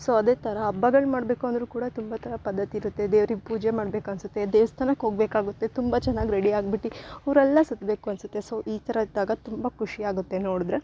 so ಅದೇ ಥರ ಹಬ್ಬಗಳ್ ಮಾಡಬೇಕು ಅಂದರು ಕೂಡ ತುಂಬ ಥರ ಪದ್ದತಿ ಇರುತ್ತೆ ದೇವ್ರಿಗೆ ಪೂಜೆ ಮಾಡ್ಬೇಕು ಅನ್ಸುತ್ತೆ ದೇವಸ್ಥಾನಕ್ ಹೋಗ್ಬೇಕಾಗುತ್ತೆ ತುಂಬ ಚೆನ್ನಾಗ್ ರೆಡಿ ಆಗ್ಬಿಟ್ಟು ಊರೆಲ್ಲ ಸುತ್ತಬೇಕು ಅನ್ಸುತ್ತೆ ಸೊ ಈ ಥರ ಇದ್ದಾಗ ತುಂಬ ಖುಷಿ ಆಗುತ್ತೆ ನೋಡಿದ್ರೆ